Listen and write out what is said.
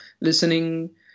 listening